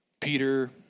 Peter